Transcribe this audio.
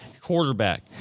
quarterback